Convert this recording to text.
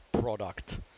product